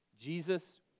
Jesus